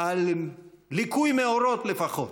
על ליקוי מאורות לפחות.